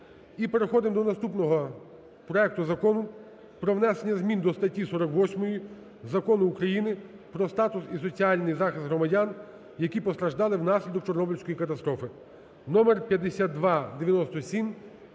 переходимо до наступного проекту Закону про внесення змін до статті 48 Закону України "Про статус і соціальний захист громадян, які постраждали внаслідок Чорнобильської катастрофи"